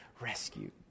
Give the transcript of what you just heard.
rescue